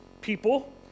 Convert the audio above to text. people